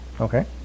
Okay